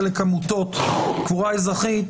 חלק עמותות קבורה אזרחית,